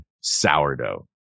sourdough